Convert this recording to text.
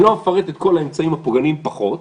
אני לא אפרט את כל האמצעים הפוגעניים פחות,